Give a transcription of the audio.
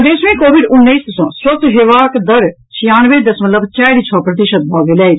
प्रदेश मे कोविड उन्नैस सँ स्वस्थ होयबाक दर छियानवे दशमलव चारि छओ प्रतिशत भऽ गेल अछि